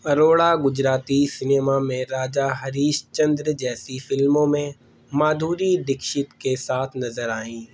Arora Gujarati cinema میں Raja Harishchandra جیسی فلموں میں مادھوری دکچھت کے ساتھ نظر آئیں